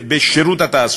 בשירות התעסוקה.